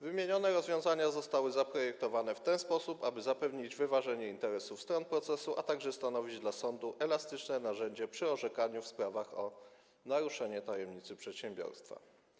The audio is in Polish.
Wymienione rozwiązania zostały zaprojektowane w ten sposób, aby zapewnić wyważenie interesów stron procesu, a także stanowić dla sądu elastyczne narzędzie przy orzekaniu w sprawach o naruszenie tajemnicy przedsiębiorstwa.